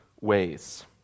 ways